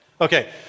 Okay